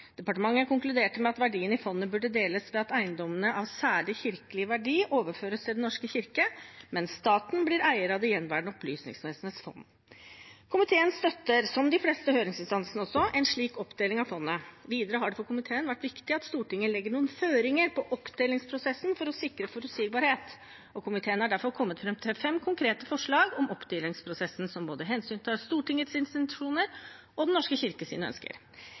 Departementet konkluderer med at verdiene i fondet bør deles ved at eiendommene av særlig kirkelig verdi overføres til Den norske kirke, mens staten blir eier av det gjenværende Opplysningsvesenets fond. Komiteen støtter, som de fleste høringsinstansene, en slik oppdeling av fondet. Videre har det for komiteen vært viktig at Stortinget legger noen føringer for oppdelingsprosessen for å sikre forutsigbarhet, og har derfor kommet fram til fem konkrete forslag om oppdelingsprosessen, som både hensyntar Stortingets intensjoner og Den norske kirkes ønsker.